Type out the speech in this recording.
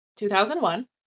2001